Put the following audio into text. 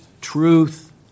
truth